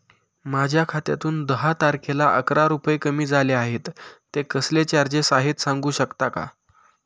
माझ्या खात्यातून दहा तारखेला अकरा रुपये कमी झाले आहेत ते कसले चार्जेस आहेत सांगू शकता का?